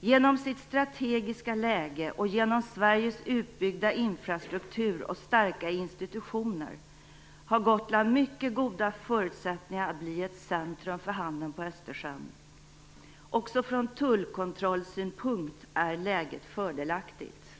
Genom sitt strategiska läge och genom Sveriges utbyggda infrastruktur och starka institutioner har Gotland mycket goda förutsättningar att bli ett centrum för handeln på Östersjön. Också från tullkontrollsynpunkt är läget fördelaktigt.